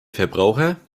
verbraucher